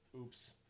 oops